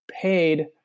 paid